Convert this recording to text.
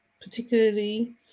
particularly